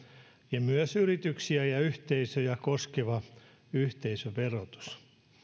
ja myös yrityksiä ja yhteisöjä koskeva yhteisöverotus